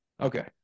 Okay